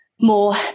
more